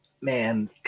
man